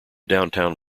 downtown